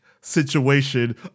situation